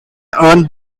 earn